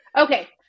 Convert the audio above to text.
Okay